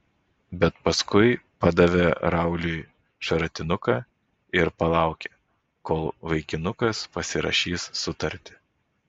bet paskui padavė rauliui šratinuką ir palaukė kol vaikinukas pasirašys sutartį